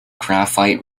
graphite